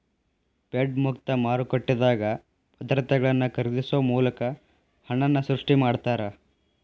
Fed ಮುಕ್ತ ಮಾರುಕಟ್ಟೆದಾಗ ಭದ್ರತೆಗಳನ್ನ ಖರೇದಿಸೊ ಮೂಲಕ ಹಣನ ಸೃಷ್ಟಿ ಮಾಡ್ತಾರಾ